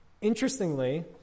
Interestingly